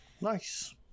nice